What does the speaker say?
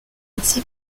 ainsi